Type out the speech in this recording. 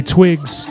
Twigs